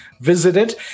visited